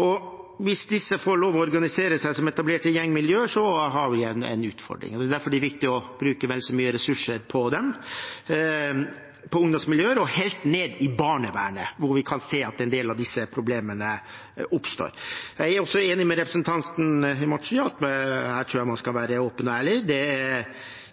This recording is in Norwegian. og hvis disse får lov til å organisere seg som etablerte gjengmiljøer, har vi en utfordring. Det er derfor det er viktig å bruke vel så mye ressurser på ungdomsmiljøer – helt ned til barnevernet – hvor vi kan se at en del av disse problemene oppstår. Jeg er også enig med representanten Gulati i at man her skal være åpen og ærlig; det er